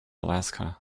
alaska